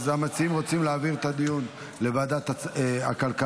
אז המציעים רוצים להעביר את הדיון לוועדת הכלכלה,